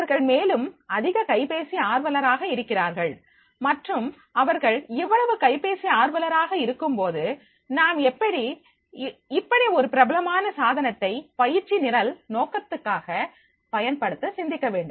அவர்கள் மேலும் அதிக கைபேசி ஆர்வலராக இருக்கிறார்கள் மற்றும் இவர்கள் இவ்வளவு கைபேசி ஆர்வலராக இருக்கும்போது நாம் இப்படி ஒரு பிரபலமான சாதனத்தை பயிற்சி நிரல் நோக்கத்துக்காக பயன்படுத்த சிந்திக்க வேண்டும்